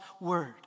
word